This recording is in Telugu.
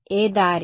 ఏ దారి